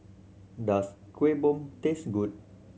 does Kueh Bom taste good